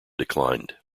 declined